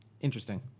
interesting